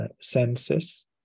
senses